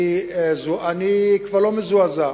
כבר לא מזועזע,